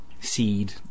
seed